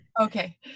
Okay